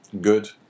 good